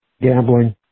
gambling